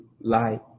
light